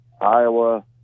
Iowa